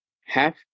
half